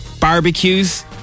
Barbecues